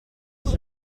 els